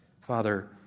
Father